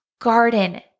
Garden